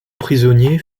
prisonniers